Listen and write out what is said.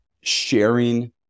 sharing